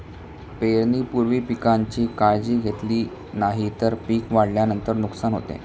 पेरणीपूर्वी पिकांची काळजी घेतली नाही तर पिक वाढल्यानंतर नुकसान होते